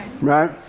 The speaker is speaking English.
right